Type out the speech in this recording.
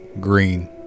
green